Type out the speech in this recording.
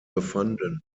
befanden